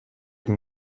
can